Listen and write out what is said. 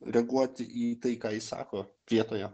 reaguoti į tai ką jis sako vietoje